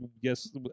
yes